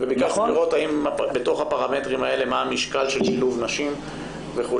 וביקשנו לראות בתוך הפרמטרים האלה מה המשקל של שילוב נשים וכו'.